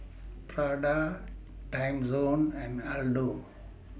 Prada Timezone and Aldo